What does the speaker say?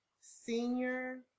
senior